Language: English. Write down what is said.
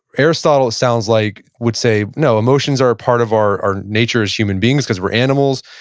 aristotle, it sounds like, would say, no, emotions are a part of our nature as human beings, because we're animals.